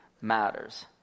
matters